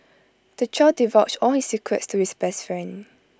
the child divulged all his secrets to his best friend